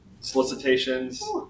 solicitations